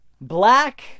black